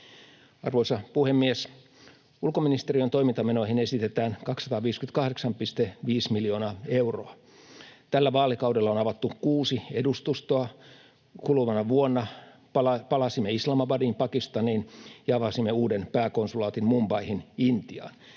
Arvoisa puhemies! Ulkoministeriön toimintamenoihin esitetään 258,5 miljoonaa euroa. Tällä vaalikaudella on avattu kuusi edustustoa: Kuluvana vuonna palasimme Islamabadiin Pakistaniin ja avasimme uuden pääkonsulaatin Mumbaihin Intiaan.